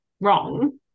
wrong